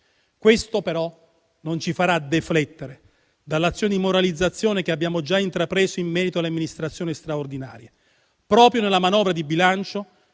Questo però non ci farà deflettere dall'azione di moralizzazione che abbiamo già intrapreso in merito alle amministrazioni straordinarie. Proprio nella manovra di bilancio